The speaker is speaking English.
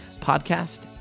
podcast